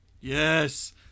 Yes